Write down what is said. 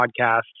podcast